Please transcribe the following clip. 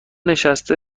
نشسته